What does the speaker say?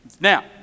Now